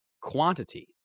quantity